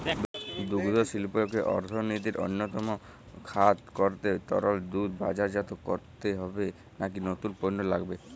দুগ্ধশিল্পকে অর্থনীতির অন্যতম খাত করতে তরল দুধ বাজারজাত করলেই হবে নাকি নতুন পণ্য লাগবে?